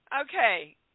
Okay